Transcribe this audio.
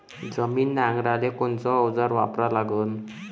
जमीन नांगराले कोनचं अवजार वापरा लागन?